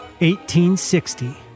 1860